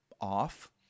off